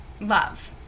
love